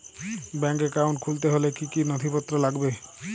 Bank account খুলতে হলে কি কি নথিপত্র লাগবে?